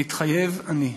מתחייב אני.